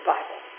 Bible